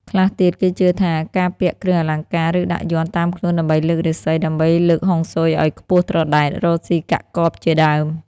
ខ្លះទៀតគេជឿថាការពាក់គ្រឿងអលង្ការឬដាក់យ័ន្តតាមខ្លួនដើម្បីលើករាសីដើម្បីលើកហុងស៊ុយឲ្យខ្ពស់ត្រដែត រកសុីកាក់កបជាដើម